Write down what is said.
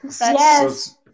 Yes